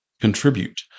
contribute